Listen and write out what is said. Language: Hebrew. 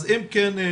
אז אם כן,